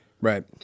Right